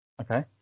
okay